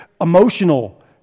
emotional